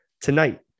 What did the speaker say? Tonight